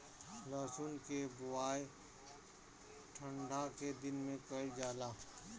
लहसुन के बोआई ठंढा के दिन में कइल जाला